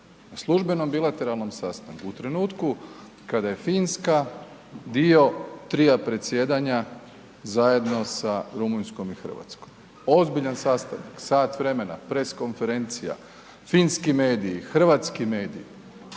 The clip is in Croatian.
službenom bilateralnom sastanku u trenutku kada je Finska dio trija predsjedanja zajedno sa Rumunjskom i Hrvatskom. Ozbiljan sastanak, sat vremena, press konferencija, finski mediji, hrvatski mediji,